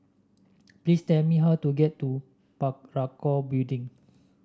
please tell me how to get to Parakou Building